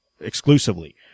exclusively